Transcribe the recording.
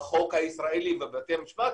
החוק הישראלי ובתי המשפט,